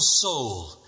soul